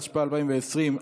התשפ"א 2020,